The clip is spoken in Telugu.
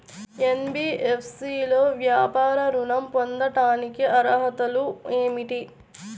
ఎన్.బీ.ఎఫ్.సి లో వ్యాపార ఋణం పొందటానికి అర్హతలు ఏమిటీ?